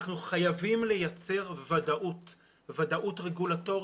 אנחנו חייבים לייצר ודאות רגולטורית,